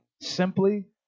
Simply